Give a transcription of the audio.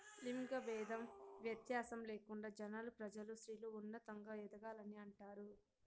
లింగ భేదం వ్యత్యాసం లేకుండా జనాలు ప్రజలు స్త్రీలు ఉన్నతంగా ఎదగాలని అంటారు